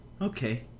okay